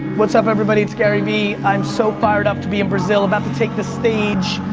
what's up everybody, it's gary v. i'm so fired up to be in brazil about to take the stage.